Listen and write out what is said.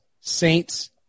Saints